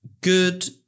good